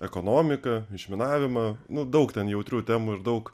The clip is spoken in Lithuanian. ekonomiką išminavimą nu daug ten jautrių temų ir daug